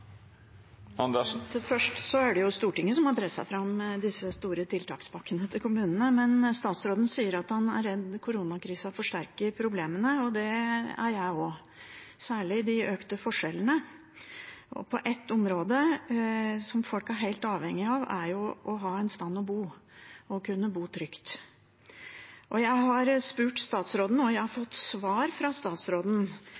2021. Først: Det er jo Stortinget som har presset fram disse store tiltakspakkene til kommunene. Statsråden sier han er redd koronakrisa forsterker problemene, og det er jeg også, særlig de økte forskjellene, og ett område som folk er helt avhengig av, er jo å ha et sted å bo og å kunne bo trygt. Og jeg har spurt statsråden om bl.a. bostøtteordningen, og jeg har